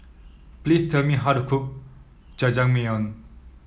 please tell me how to cook Jajangmyeon